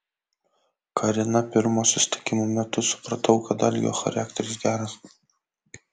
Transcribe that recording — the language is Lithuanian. karina pirmo susitikimo metu supratau kad algio charakteris geras